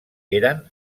eren